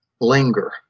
linger